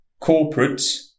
Corporates